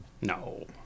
No